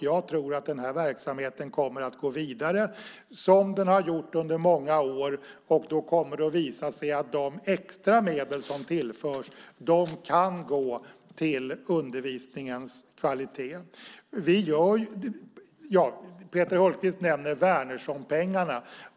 Jag tror att den här verksamheten kommer att gå vidare som den har gjort under många år, och då kommer det att visa sig att de extra medel som tillförs kan gå till undervisningens kvalitet. Peter Hultqvist nämner Wärnerssonpengarna.